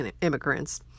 immigrants